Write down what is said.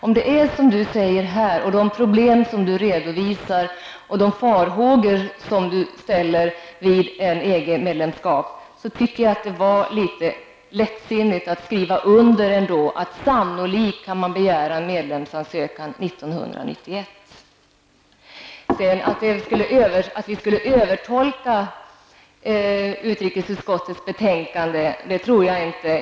Om det stämmer som Olof Johansson säger med de problem han redovisar, de farhågor han har om EG-medlemskap, så tycker jag att det var litet lättsinnigt att skriva under att man sannolikt kan lämna in medlemsansökan 1991. Jag tror inte vi övertolkar utrikesutskottets betänkande.